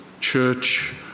church